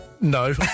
No